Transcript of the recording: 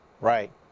Right